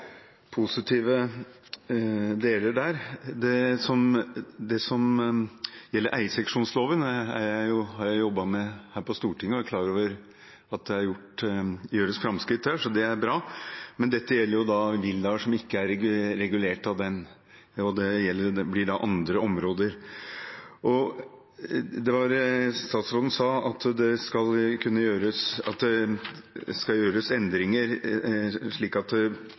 positive deler der. Eierseksjonsloven har jeg jobbet med her på Stortinget, og jeg er klar over at det gjøres framskritt der, så det er bra. Men dette gjelder jo villaer som ikke er regulert av den, og det blir da andre områder. Statsråden sa at det skal gjøres endringer slik at kommunene har muligheter til å legge inn restriksjoner med hensyn til hyblifisering i reguleringsplanene sine, at det skal